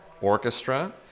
Orchestra